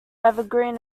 evergreen